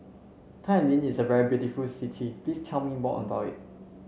Tallinn is a very beautiful city please tell me more about it